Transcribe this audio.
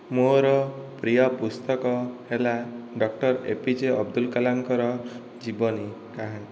ମୋର ପ୍ରିୟ ପୁସ୍ତକ ହେଲା ଡକ୍ଟର ଏପିଜେ ଅବଦୁଲାକାଲାମଙ୍କର ଜୀବନୀ କାହାଣୀ